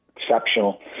Exceptional